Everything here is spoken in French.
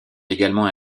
également